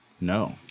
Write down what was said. No